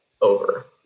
over